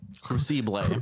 Crucible